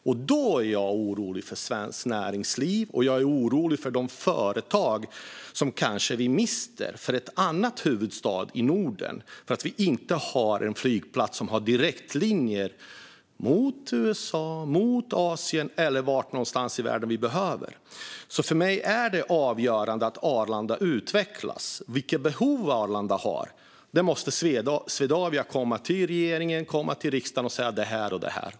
Jag blir orolig för svenskt näringsliv och för de företag som vi kanske mister till en annan huvudstad i Norden därför att vi inte har en flygplats med direktlinjer till USA, Asien eller den plats i världen där de behövs. För mig är det avgörande att Arlanda utvecklas. Vilka behov Arlanda har måste Swedavia tala om för regeringen och riksdagen.